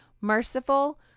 merciful